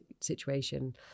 situation